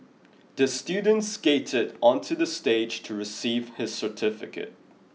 the student skated onto the stage to receive his certificate